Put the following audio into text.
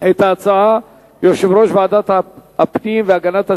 את ההצעה יושב-ראש ועדת הפנים והגנת הסביבה,